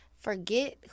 forget